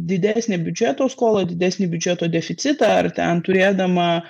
didesnę biudžeto skolą didesnį biudžeto deficitą ar ten turėdama